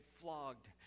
flogged